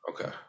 okay